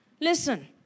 Listen